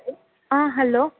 hello